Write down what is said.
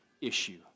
issue